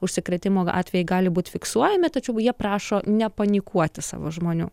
užsikrėtimo atvejai gali būt fiksuojami tačiau jie prašo nepanikuoti savo žmonių